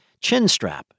Chinstrap